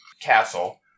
castle